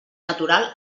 natural